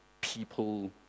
people